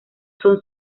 son